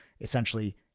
essentially